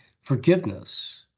forgiveness